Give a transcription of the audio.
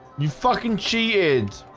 you fucking chiid's